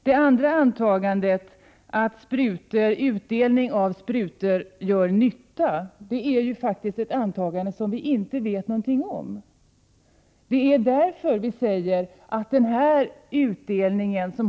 Det andra antagandet, att utdelning av sprutor gör nytta, är faktiskt en sak som vi inte vet någonting om. Det är därför som vi säger att utdelningen i Prot.